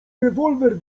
rewolwer